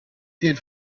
did